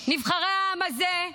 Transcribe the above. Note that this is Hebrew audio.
נבחרי העם הזה,